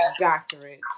doctorates